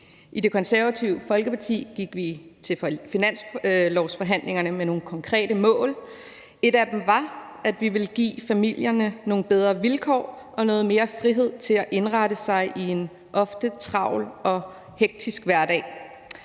I Det Konservative Folkeparti gik vi til finanslovsforhandlingerne med nogle konkrete mål. Et af dem var, at vi ville give familierne nogle bedre vilkår og noget mere frihed til at indrette sig i en ofte travl og hektisk hverdag.